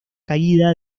caída